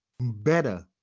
better